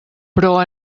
però